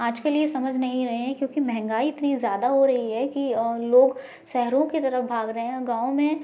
आजकल ये समझ नहीं रहें क्योंकि महंगाई इतनी ज़्यादा हो रही है कि लोग शहरों के तरफ भाग रहे हैं गाँव में